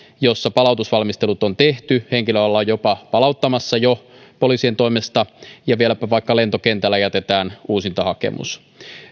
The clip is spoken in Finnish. jossa palautusvalmistelut on tehty henkilöä ollaan jopa palauttamassa jo poliisien toimesta ja vieläpä vaikka lentokentällä jätetään uusintahakemus